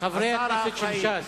חברי הכנסת של ש"ס,